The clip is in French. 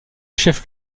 chef